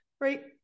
right